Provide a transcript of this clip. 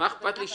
אתה צודק,